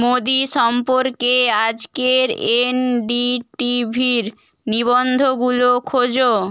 মোদি সম্পর্কে আজকের এনডিটিভির নিবন্ধগুলো খোঁজো